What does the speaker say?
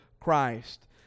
Christ